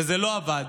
וזה לא עבד,